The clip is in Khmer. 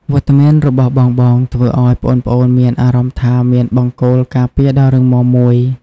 វត្តមានរបស់បងៗធ្វើឱ្យប្អូនៗមានអារម្មណ៍ថាមានបង្គោលការពារដ៏រឹងមាំមួយ។